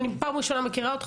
אני פעם ראשונה מכירה אותך,